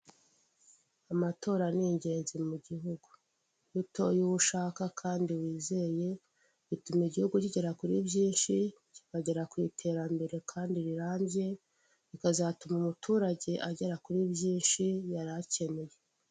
Amatora ni ingenzi mu gihugu iyo utoye uwo ushaka kandi wizeye bituma igihugu kigera kuri byinshi kikagera ku iterambere kandi rirambye bikazatuma umuturage agera kuri byinshi yari akeneye.